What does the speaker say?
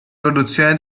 produzione